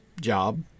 job